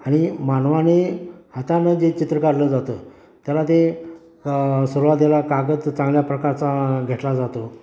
आणि मानवाने हातानं जे चित्र काढलं जातं त्याला ते सुरुवातीला कागद चांगल्या प्रकारचा घेतला जातो